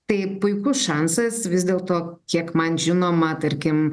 tai puikus šansas vis dėlto kiek man žinoma tarkim